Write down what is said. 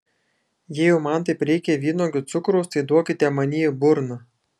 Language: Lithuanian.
jei jau man taip reikia vynuogių cukraus tai duokite man jį į burną